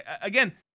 Again